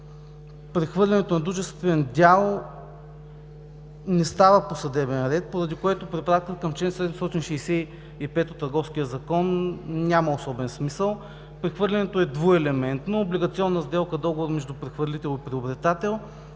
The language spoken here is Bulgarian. прехвърлянето на дружествен дял не става по съдебен ред, поради което препратката към чл. 765 от Търговския закон няма особен смисъл. Прехвърлянето е двуелементно, облигационна сделка – договор между прехвърлител и приобретател,